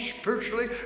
spiritually